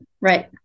Right